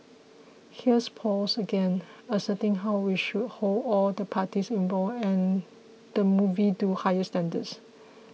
here's Paul again asserting how we should hold all the parties involved and the movie to higher standards